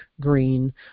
green